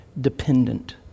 dependent